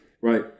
Right